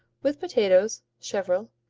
with potatoes, chervil,